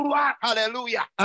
Hallelujah